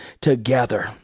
together